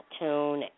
tune